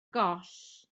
goll